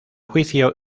juicio